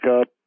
up